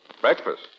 Breakfast